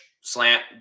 slant